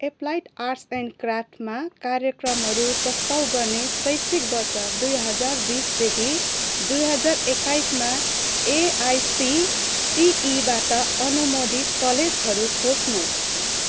applied arts and क्राफ्टमा कार्यक्रमहरू प्रस्ताव गर्ने र शैक्षिक वर्ष दुई हजार बिसदेखि दुई हजार एक्काइसमा एआइसिटिईबाट अनुमोदित कलेजहरू खोज्नुहोस्